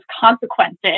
consequences